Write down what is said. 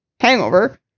hangover